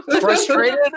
Frustrated